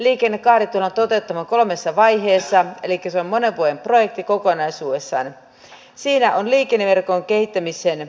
liikennekaari tullaan toteuttamaan kolmessa vaiheessa elikkä se on monen vuoden projekti kokonaisuudessaan